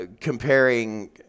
comparing